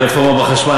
רפורמה בחשמל,